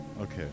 Okay